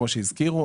כמו שהזכירו,